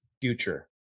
future